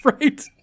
right